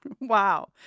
Wow